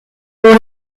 wurde